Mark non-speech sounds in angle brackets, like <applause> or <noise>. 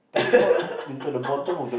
<laughs>